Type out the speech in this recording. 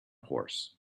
horse